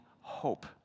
hope